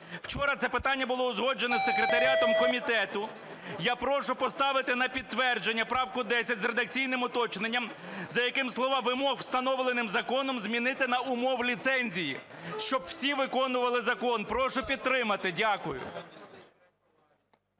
Вчора це питання було узгоджено з секретаріатом комітету. Я прошу поставити на підтвердження правку 10 з редакційним уточненням, за яким слова "вимог, встановлених законом" змінити на "умов ліцензії", щоб всі виконували закон. Прошу підтримати. Дякую.